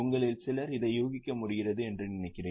உங்களில் சிலர் இதை யூகிக்க முடிகிறது என்று நினைக்கிறேன்